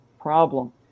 problem